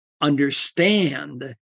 understand